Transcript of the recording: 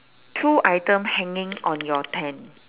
two item hanging on your tent